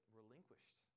relinquished